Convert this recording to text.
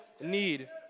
need